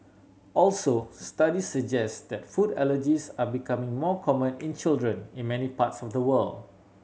also studies suggest that food allergies are becoming more common in children in many parts of the world